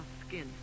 skin